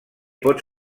pot